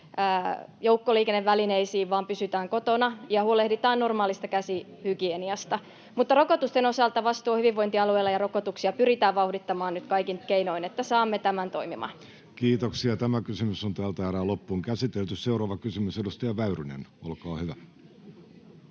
joukkoliikennevälineisiin, vaan pysytään kotona ja huolehditaan normaalista käsihygieniasta. Mutta rokotusten osalta vastuu on hyvinvointialueilla, ja rokotuksia pyritään vauhdittamaan nyt kaikin keinoin, niin että saamme tämän toimimaan. Seuraava kysymys, edustaja Väyrynen, olkaa hyvä.